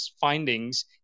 findings